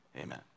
Amen